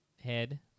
head